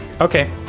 Okay